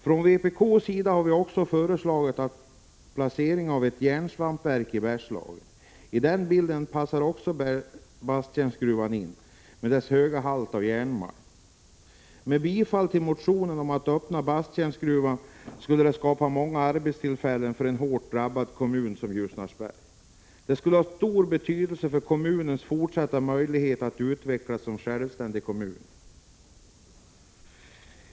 Från vpk:s sida har vi också föreslagit placering av ett järnsvampverk i Bergslagen. I den bilden passar Basttjärnsgruvan in med dess höga halt av järnmalm. Ett bifall till motionen om ett öppnande av Basttjärnsgruvan skulle skapa många arbetstillfällen för en hårt drabbad kommun som Ljusnarsberg. Det skulle ha stor betydelse för kommunens fortsatta möjlighet att utvecklas som självständig kommun.